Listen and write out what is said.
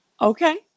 Okay